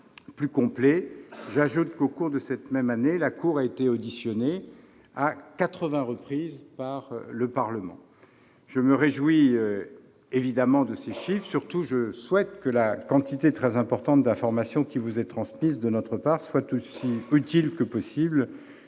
plus complet. J'ajoute que, au cours de cette même année, la Cour a été auditionnée à 80 reprises par le Parlement. Je me réjouis évidemment de ces chiffres. Surtout, je souhaite que la quantité très importante d'informations qui vous est transmise de notre part soit aussi utile que possible